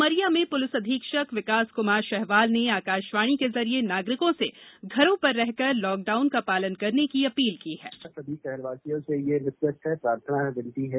उमरिया में पुलिस अधीक्षक विकास कुमार शहवाल ने आकाशवाणी के जरिए नागरिकों से घरों पर रहकर लॉकडाउन का पालन करने की अपील की है